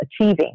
achieving